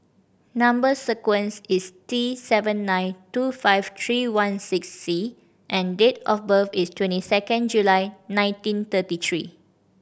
number sequence is T nine two five three one six C and date of birth is twenty second July nineteen thirty three